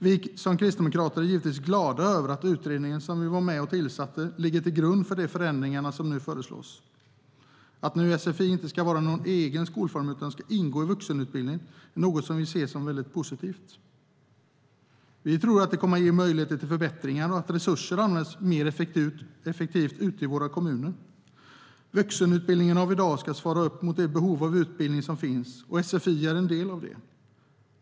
Vi kristdemokrater är givetvis glada över att utredningen som vi var med och tillsatte ligger till grund för de förändringar som nu föreslås. Att sfi inte längre ska vara en egen skolform utan ingå i vuxenutbildningen är något som vi ser som väldigt positivt. Vi tror att det kommer att ge möjligheter till förbättringar och leda till att resurser används mer effektivt ute i våra kommuner. Vuxenutbildningen av i dag ska svara mot det behov av utbildning som finns, och sfi är en del av det.